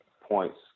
points